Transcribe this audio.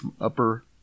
upper